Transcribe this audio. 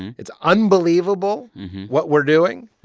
and it's unbelievable what we're doing.